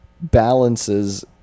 balances